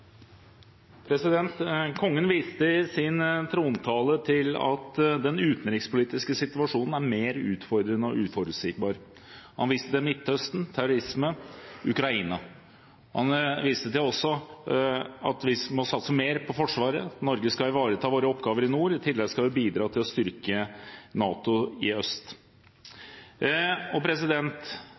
Kongen viste i sin trontale til at den utenrikspolitiske situasjonen er mer utfordrende og uforutsigbar. Han viste til Midtøsten, terrorisme og Ukraina. Han viste også til at vi må satse mer på Forsvaret. Norge skal ivareta sine oppgaver i nord, og i tillegg skal vi bidra til å styrke NATO i øst.